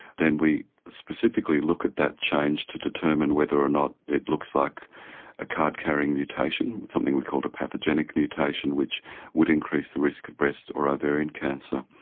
then we specifically look at that changed to determine whether or not it looks like a card-carrying mutation, something we call a pathogenic mutation, which would increase the risk of breast or ovarian cancer.